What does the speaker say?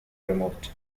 removed